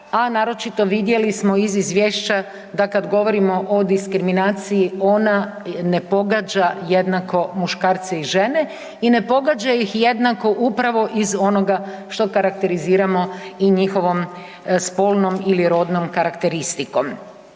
a naročito, vidjeli smo iz izvješća da kad govorimo o diskriminaciji, ona ne pogađa jednako muškarce i žene i ne pogađa ih jednako upravo iz onoga što karakteriziramo i njihovom spolnom ili rodnom karakteristikom.